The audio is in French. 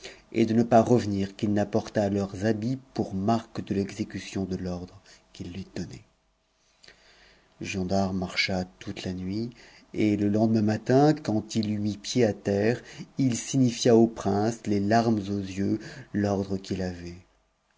et de ne pas revenir qu'il n'apportât leurs habits pour marque de l'exécution de l'ordre qu'il lui donnait giondar marcha toute la nuit et le lendemain matin quand il eut mis pied à terre il signifia aux princes les larmes aux yeux l'ordre qu'i avait